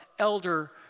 elder